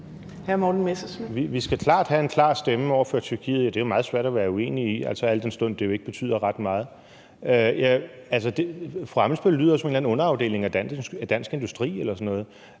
sikkert have en klar stemme over for Tyrkiet – det er det meget svært at være uenig i, al den stund det jo ikke betyder ret meget. Altså, fru Katarina Ammitzbøll lyder som en eller anden underafdeling af Dansk Industri eller sådan noget.